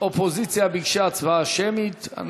האופוזיציה ביקשה הצבעה שמית.